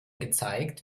gezeigt